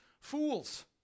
fools